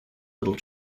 little